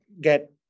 get